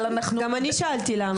אבל אנחנו --- גם אני שאלתי למה.